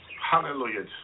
Hallelujah